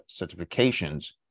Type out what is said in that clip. certifications